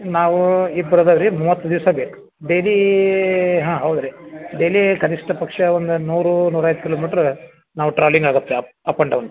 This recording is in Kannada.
ನಾವು ಇಬ್ರು ಅದವ ರೀ ಮೂವತ್ತು ದಿವಸ ಬೇಕು ಡೈಲೀ ಹಾಂ ಹೌದು ರೀ ಡೈಲೀ ಕನಿಷ್ಠ ಪಕ್ಷ ಒಂದ ನೂರು ನೂರೈವತ್ತು ಕಿಲೋಮೀಟ್ರ್ ನಾವು ಟ್ರಾವ್ಲಿಂಗ್ ಆಗತ್ತೆ ಅಪ್ ಅಪ್ ಆ್ಯಂಡ್ ಡೌನ್